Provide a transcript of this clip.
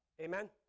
Amen